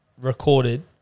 recorded